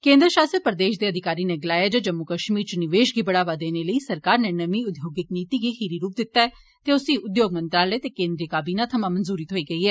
केन्द्र शासित प्रदेश दे अधिकारी नै गलाया जे जम्मू कश्मीर च निवेश गी बढ़ावा देने लेई सरकार नै नमीं उद्योगिक नीति गी खीरी रुप दिता ऐ ते उस्सी उद्योग मंत्रालय ते केन्द्रीय काबिना थवां मंजूरी थ्होई गेई ऐ